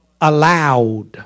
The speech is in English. allowed